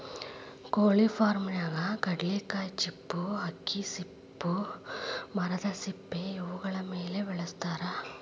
ಕೊಳಿ ಫಾರ್ಮನ್ಯಾಗ ಕಡ್ಲಿಕಾಯಿ ಚಿಪ್ಪು ಅಕ್ಕಿ ಸಿಪ್ಪಿ ಮರದ ಸಿಪ್ಪಿ ಇವುಗಳ ಮೇಲೆ ಬೆಳಸತಾರ